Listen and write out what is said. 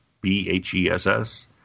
b-h-e-s-s